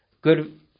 good